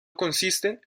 consiste